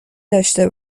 داشته